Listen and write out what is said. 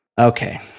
Okay